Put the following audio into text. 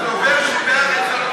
שנייה.